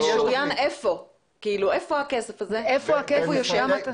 איפה הכסף הזה משוריין?